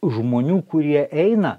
žmonių kurie eina